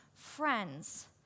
Friends